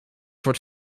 wordt